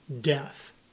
death